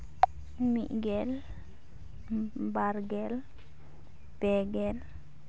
ᱢᱤᱫ ᱜᱮᱞ ᱵᱟᱨ ᱜᱮᱞ ᱯᱮ ᱜᱮᱞ